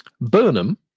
Burnham